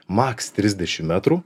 maks trisdešimt metrų